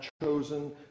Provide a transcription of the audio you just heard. chosen